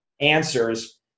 answers